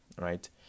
right